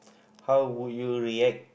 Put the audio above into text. how would you react